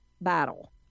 battle